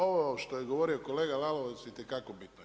Ovo što je govorio kolega Lalovac itekako bitno je.